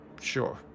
Sure